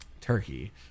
Turkey